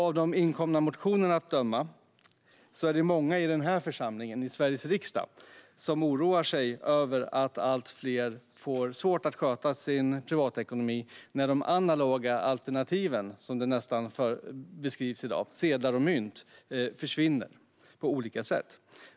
Av de inkomna motionerna att döma är vi många i den här församlingen, i Sveriges riksdag, som oroar oss över att allt fler får svårt att sköta sin privatekonomi när de analoga alternativen, som de nästan beskrivs i dag, sedlar och mynt, försvinner på olika sätt.